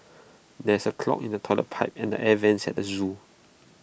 there is A clog in the Toilet Pipe and the air Vents at the Zoo